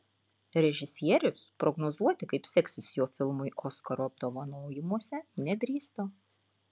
režisierius prognozuoti kaip seksis jo filmui oskaro apdovanojimuose nedrįsta